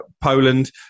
Poland